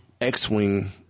X-Wing